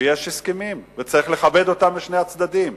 ויש הסכמים וצריך לכבד אותם בשני הצדדים.